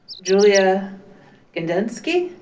julia kandinsky.